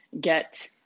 get